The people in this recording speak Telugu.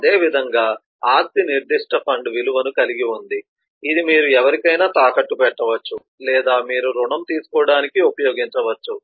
అదేవిధంగా ఆస్తి నిర్దిష్ట ఫండ్ విలువను కలిగి ఉంది ఇది మీరు ఎవరికైనా తాకట్టు పెట్టవచ్చు లేదా మీరు రుణం తీసుకోవడానికి ఉపయోగించవచ్చు